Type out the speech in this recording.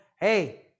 hey